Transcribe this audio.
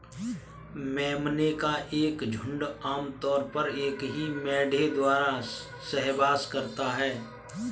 मेमने का एक झुंड आम तौर पर एक ही मेढ़े द्वारा सहवास करता है